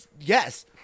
Yes